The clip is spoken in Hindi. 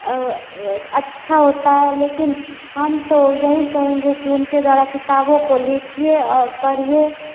अच्छी होती हैं लेकिन हम तो यहीं कहेंगे कि उनके द्वारा किताबों को लीजिए और पढ़िए